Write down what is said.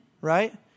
right